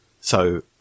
So-